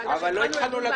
בתקציב לשנת 2018. הצעות לסדר.